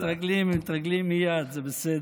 הם מתרגלים, הם מתרגלים מייד, זה בסדר.